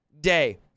day